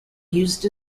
used